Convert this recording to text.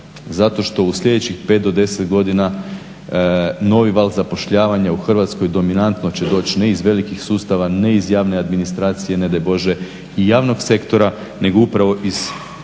zato što u sljedećih 5 do 10 godina novi val zapošljavanja u Hrvatskoj dominantno će doći ne iz velikih sustava, ne iz javne administracije, ne daj Bože i javnog sektora, nego upravo iz djela